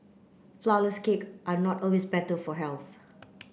flourless cake are not always better for health